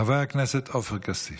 חבר הכנסת עופר כסיף.